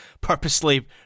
purposely